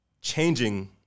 changing